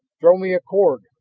throw me a cord!